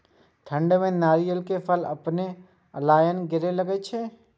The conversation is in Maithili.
ठंड में नारियल के फल अपने अपनायल गिरे लगए छे?